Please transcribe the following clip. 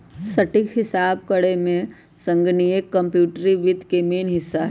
सटीक हिसाब करेमे संगणकीय कंप्यूटरी वित्त के मेन हिस्सा हइ